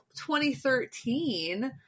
2013